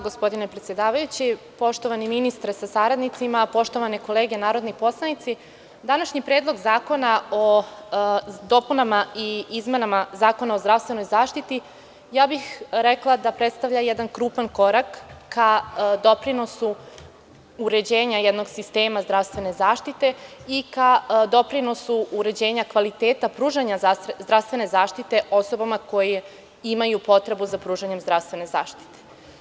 Gospodine predsedavajući, poštovani ministre sa saradnicima, poštovane kolege narodni poslanici, današnji Predlog zakona o dopunama i izmenama Zakona o zdravstvenoj zaštiti, rekla bih da predstavlja jedan krupan korak ka doprinosu uređenja jednog sistema zdravstvene zaštite i ka doprinosu uređenja kvaliteta pružanja zdravstvene zaštite osobama koje imaju potrebu za pružanjem zdravstvene zaštite.